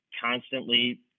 constantly